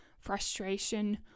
frustration